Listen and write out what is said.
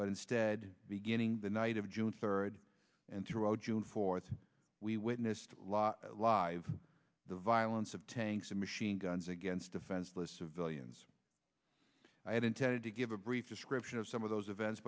but instead beginning the night of june third and throughout june fourth we witnessed live the violence of tanks and machine guns against defenseless civilians i had intended to give a brief description of some of those events